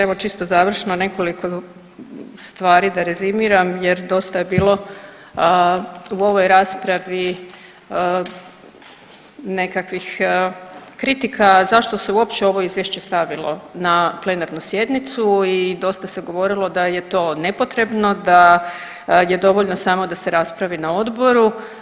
Evo čisto završno nekoliko stvari da rezimiram jer dosta je bilo u ovoj raspravi nekakvih kritika zašto se uopće ovo izvješće stavilo na plenarnu sjednicu i dosta se govorilo da je to nepotrebno, da je dovoljno da se samo raspravi na odboru.